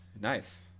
Nice